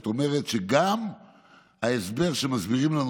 זאת אומרת שגם ההסבר שמסבירים לנו,